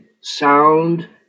sound